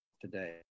today